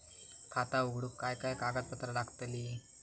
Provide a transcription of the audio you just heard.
खाता उघडूक काय काय कागदपत्रा लागतली?